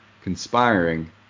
conspiring